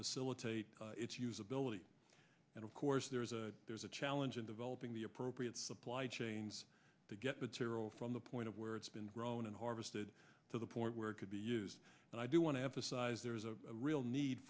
facilitate its usability and of course there is a there's a challenge in developing the appropriate supply chains to get material from the point where it's been grown and harvested to the point where it could be used and i do want to emphasize there is a real need